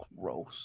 Gross